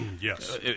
Yes